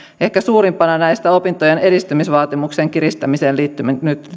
ehkä suurimpana näistä opintojen edistymisvaatimuksen kiristämiseen liittyvä